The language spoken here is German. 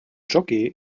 jockey